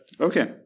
Okay